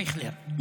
אייכלר,